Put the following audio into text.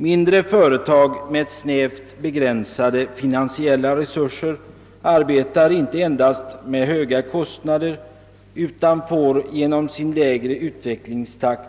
Mindre företag med snävt begränsade finansiella resurser arbetar inte endast med höga kostnader utan får genom sin lägre utvecklingstakt